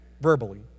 verbally